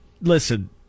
listen